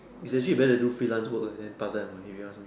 it is actually better to do freelance work and then part time lah if you ask me